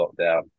lockdown